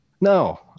No